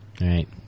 Right